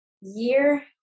year